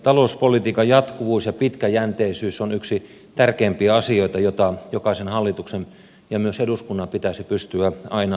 talouspolitiikan jatkuvuus ja pitkäjänteisyys ovat yksi tärkeimpiä asioita joita jokaisen hallituksen ja myös eduskunnan pitäisi pystyä aina noudattamaan